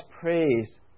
praise